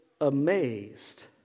amazed